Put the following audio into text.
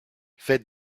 faites